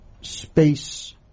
space